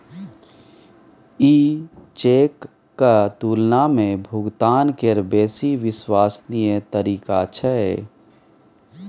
ई चेकक तुलना मे भुगतान केर बेसी विश्वसनीय तरीका छै